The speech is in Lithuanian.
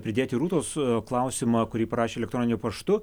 pridėti rūtos klausimą kurį parašė elektroniniu paštu